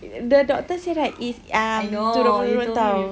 the doctor said right it's um turun-menurun [tau]